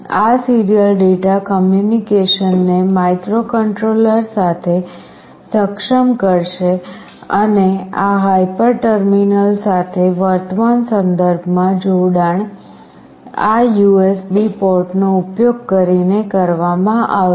આ serial data કમ્યુનિકેશનને microcontroller સાથે સક્ષમ કરશે અને આ હાયપર ટર્મિનલ સાથે વર્તમાન સંદર્ભમાં જોડાણ આ યુએસબી પોર્ટનો ઉપયોગ કરીને કરવામાં આવશે